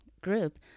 group